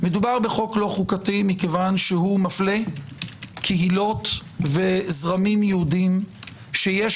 מכיוון שהוא מפלה קהילות וזרמים יהודיים שיש